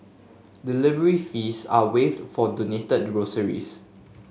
delivery fees are waived for donated groceries